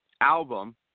album